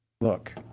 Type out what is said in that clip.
Look